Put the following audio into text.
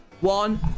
One